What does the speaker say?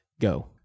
Go